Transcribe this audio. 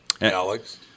Alex